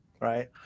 right